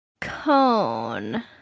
cone